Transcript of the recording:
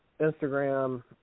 Instagram